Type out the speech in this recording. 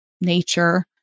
nature